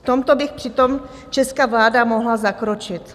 V tomto by přitom česká vláda mohla zakročit.